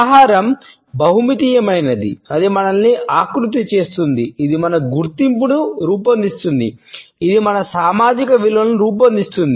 ఆహారం బహుమితీయమైనది అది మనల్ని ఆకృతి చేస్తుంది ఇది మన గుర్తింపును రూపొందిస్తుంది ఇది మన సామాజిక విలువలను రూపొందిస్తుంది